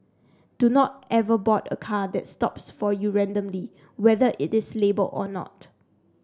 do not ever board a car that stops for you randomly whether it is labelled or not